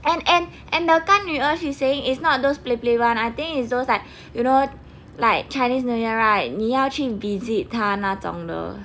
and and and the 干女儿 she saying is not those play play one I think is those like you know like chinese new year right 你要去 visit 她那种的